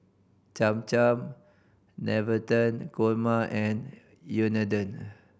Cham Cham Navratan Korma and Unadon